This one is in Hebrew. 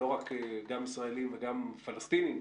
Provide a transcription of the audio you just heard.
גם ישראלים וגם פלסטינים.